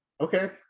Okay